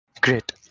Great